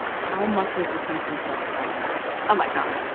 how much was the simpsons stuff selling oh my god